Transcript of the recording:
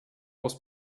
was